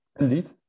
indeed